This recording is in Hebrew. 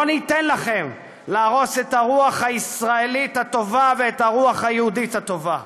לא ניתן לכם להרוס את הרוח הישראלית הטובה ואת הרוח היהודית הטובה.